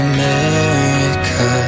America